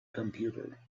computer